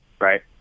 right